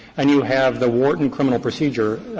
and you have the wharton criminal procedure,